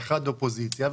אחד אופוזיציה,